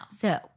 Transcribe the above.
So-